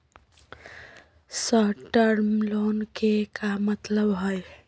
Short term loan के का मतलब हई?